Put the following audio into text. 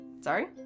Sorry